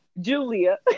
Julia